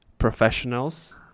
professionals